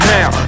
Now